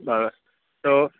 ભલે તો